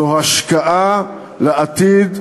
זו השקעה לעתיד,